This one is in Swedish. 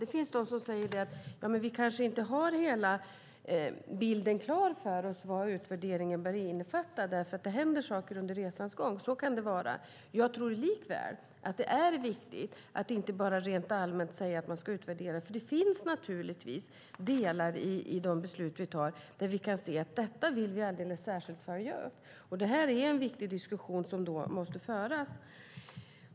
Det finns de som säger att vi kanske inte har hela bilden klar för oss om vad utvärderingen bör innefatta därför att det händer saker under resans gång. Så kan det vara. Jag tror likväl att det är viktigt att inte bara rent allmänt säga att man ska utvärdera. Det finns naturligtvis delar i de beslut vi fattar där vi kan se att vi alldeles särskilt vill följa upp detta. Det är en viktig diskussion som måste föras.